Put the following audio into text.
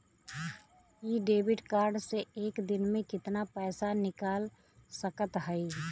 इ debit card से एक दिन मे कितना पैसा निकाल सकत हई?